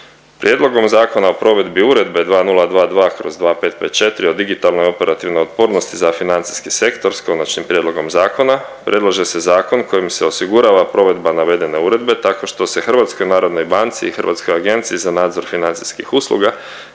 Prijedlogom Zakona o provedbi Uredbe 2022/2554 o digitalnoj operativnoj otpornosti za financijski sektor s konačnim prijedlogom zakona predlaže se zakon kojim se osigurava provedba navedene uredbe tako što se HNB-u i Hrvatskoj agenciji za nadzor financijskih usluga